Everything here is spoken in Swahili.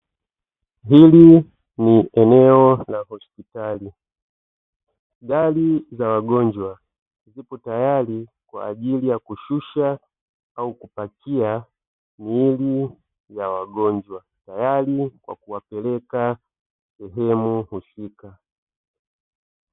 hili ni eneo la hospitali, gari za wagonjwa zipo tayari kwajili ya kushusha au kupakia miili ya wagonjwa tayari kwa kuwapeleka sehemu husika.